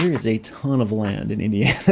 there's a ton of land in indiana.